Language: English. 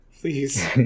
Please